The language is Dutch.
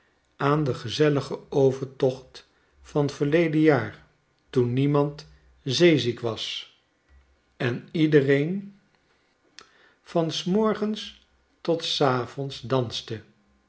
aan den gezelligen overtocht van verleden jaar toen niemand zeeziek was en iedereen van s morgens tot s avonds danste